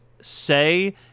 say